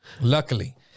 Luckily